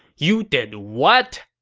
you did what!